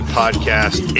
podcast